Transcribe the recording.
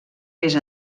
més